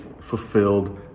fulfilled